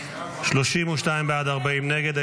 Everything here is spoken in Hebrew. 32 בעד, 40 נגד.